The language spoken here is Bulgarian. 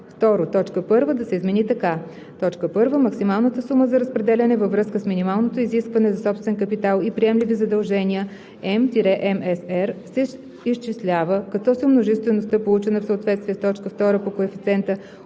1 да се измени така: „1. Максималната сума за разпределяне във връзка с минималното изискване за собствен капитал и приемливи задължения (М-МСР) се изчислява като се умножи стойността, получена в съответствие с т. 2, по коефициента,